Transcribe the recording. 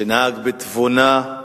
שנהג בתבונה,